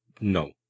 No